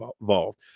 involved